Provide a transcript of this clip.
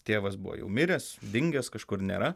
tėvas buvo jau miręs dingęs kažkur nėra